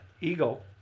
Eagle